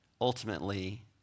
ultimately